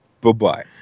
Bye-bye